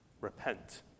Repent